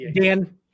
Dan